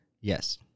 Yes